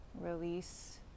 Release